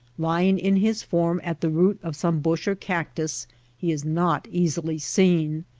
lying in his form at the root of some bush or cactus he is not easily seen.